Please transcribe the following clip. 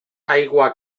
aigua